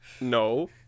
No